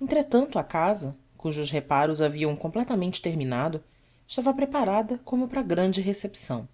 entretanto a casa cujos reparos haviam completamente terminado estava preparada como para grande recepção